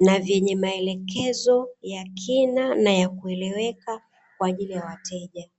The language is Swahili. na vyenye maelekezo ya kina na ya kueleweka kwa ajili ya wateja.